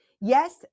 yes